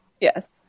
Yes